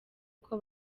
uko